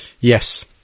Yes